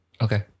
Okay